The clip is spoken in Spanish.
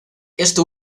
esto